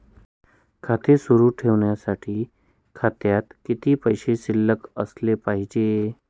खाते सुरु ठेवण्यासाठी खात्यात किती पैसे शिल्लक असले पाहिजे?